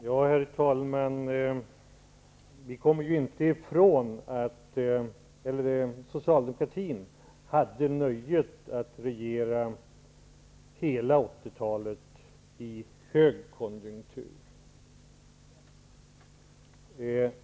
Herr talman! Socialdemokratin hade nöjet att regera i högkonjunktur under hela 80-talet.